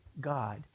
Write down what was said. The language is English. God